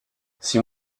six